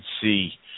see